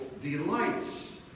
delights